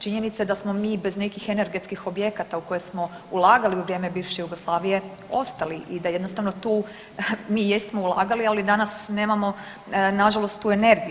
Činjenica je da smo mi bez nekih energetskih objekata u koje smo ulagali u vrijeme bivše Jugoslavije ostali i da jednostavno tu mi jesmo ulagali, ali danas nemamo nažalost tu energiju.